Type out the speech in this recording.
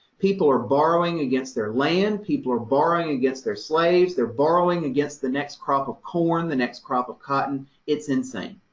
people are borrowing against their land, people are borrowing against their slaves, they're borrowing against the next crop of corn, the next crop of cotton it's insane.